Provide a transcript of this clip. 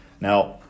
Now